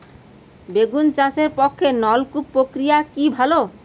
বেগুন চাষের পক্ষে নলকূপ প্রক্রিয়া কি ভালো?